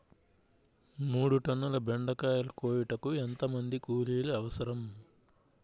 మూడు టన్నుల బెండకాయలు కోయుటకు ఎంత మంది కూలీలు అవసరం?